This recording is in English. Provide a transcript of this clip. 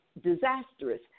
disastrous